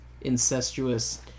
incestuous